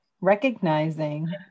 recognizing